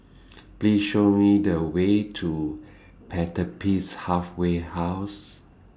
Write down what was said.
Please Show Me The Way to Pertapis Halfway House